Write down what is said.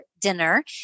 dinner